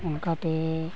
ᱚᱱᱠᱟᱛᱮ